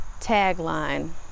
tagline